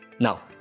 Now